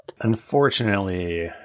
Unfortunately